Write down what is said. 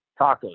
Tacos